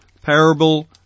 parable